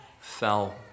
fell